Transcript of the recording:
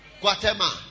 Guatemala